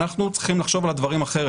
אנחנו צריכים לחשוב על הדברים אחרת.